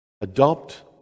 adopt